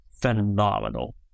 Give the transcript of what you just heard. phenomenal